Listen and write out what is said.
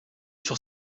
sur